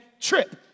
trip